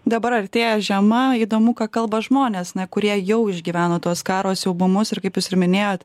dabar artėja žiema įdomu ką kalba žmonės kurie jau išgyveno tuos karo siaubumus ir kaip jūs ir minėjot